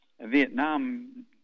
Vietnam